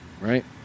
Right